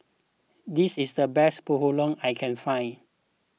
this is the best Bahulu I can find